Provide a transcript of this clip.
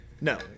No